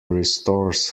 restores